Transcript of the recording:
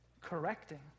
correcting